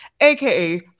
aka